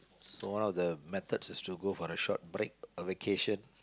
so one of the methods is to go for a short break a vacation